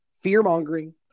fear-mongering